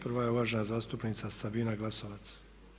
Prvo je uvažena zastupnica Sabina Glasovac.